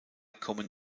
kommen